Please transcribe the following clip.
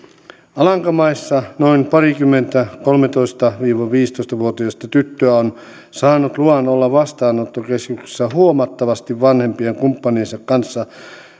alankomaissa noin parikymmentä kolmetoista viiva viisitoista vuotiasta tyttöä on saanut luvan olla vastaanottokeskuksissa huomattavasti vanhempien kumppaniensa kanssa